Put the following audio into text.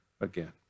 again